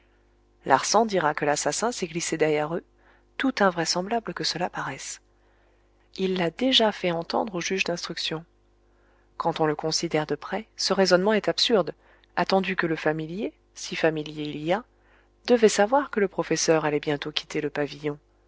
larsan dira que l'assassin s'est glissé derrière eux tout invraisemblable que cela paraisse il l'a déjà fait entendre au juge d'instruction quand on le considère de près ce raisonnement est absurde attendu que le familier si familier il y a devait savoir que le professeur allait bientôt quitter le pavillon